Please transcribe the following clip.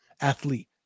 athlete